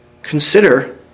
Consider